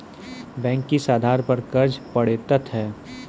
Bank किस आधार पर कर्ज पड़तैत हैं?